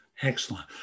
Excellent